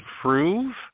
prove